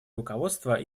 руководство